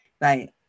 right